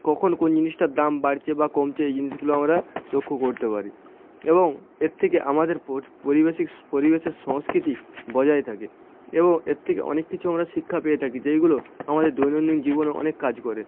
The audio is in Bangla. কখন কোন জিনিসটার দাম বাড়ছে বা কমছে এই জিনিসগুলো আমরা লক্ষ্য করতে পারি এবং এর থেকে আমাদের পরিবেশিক পরিবেশের সংস্কৃতি বজায় থাকে এব এর থেকে অনেক কিছু আমরা শিক্ষা পেয়ে থাকি যেইগুলো আমাদের দৈনন্দিন জীবনে অনেক কাজ করে